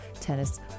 tennis